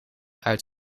uit